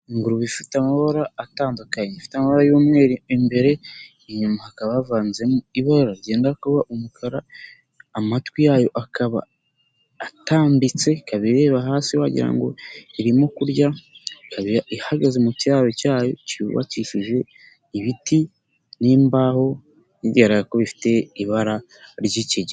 Ingurube ifite amabara atandukanye, ifite y'umweru imbere inyuma hakaba havanzemo ibara ryenda kuba umukara, amatwi yayo akaba atambitse, ikaba ireba hasi wagira ngo irimo kurya, ikaba ihagaze mu kiraro cyayo cyubakishije ibiti n'imbaho bigaragara ko bifite ibara ry'ikigina.